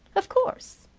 of course.